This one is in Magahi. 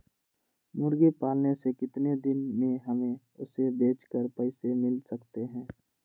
मुर्गी पालने से कितने दिन में हमें उसे बेचकर पैसे मिल सकते हैं?